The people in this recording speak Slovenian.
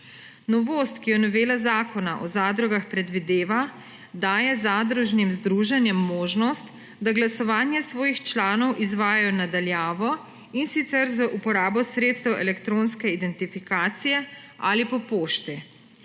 Novost, ki jo novela Zakona o zadrugah predvideva, daje zadružnim združenjem možnost, da glasovanje svojih članov izvajajo na daljavo, in sicer z uporabo sredstev elektronske identifikacije ali po pošti.